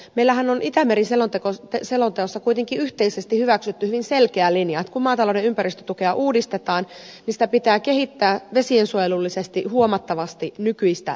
meillähän on itämeri selonteossa kuitenkin yhteisesti hyväksytty hyvin selkeä linja että kun maatalouden ympäristötukea uudistetaan niin sitä pitää kehittää vesiensuojelullisesti huomattavasti nykyistä tehokkaampaan suuntaan